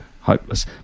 hopeless